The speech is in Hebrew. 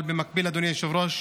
אבל במקביל, אדוני היושב-ראש,